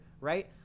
right